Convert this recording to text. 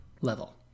level